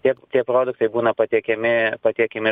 tie tie produktai būna patiekiami patiekiami